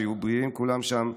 שיהיו בריאים כולם שם,